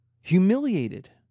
humiliated